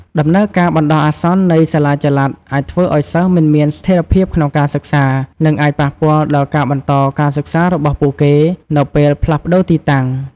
ដំណើរការបណ្ដោះអាសន្ននៃសាលាចល័តអាចធ្វើឱ្យសិស្សមិនមានស្ថេរភាពក្នុងការសិក្សា និងអាចប៉ះពាល់ដល់ការបន្តការសិក្សារបស់ពួកគេនៅពេលផ្លាស់ប្ដូរទីតាំង។